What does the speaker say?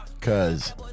Cause